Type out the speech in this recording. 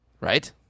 Right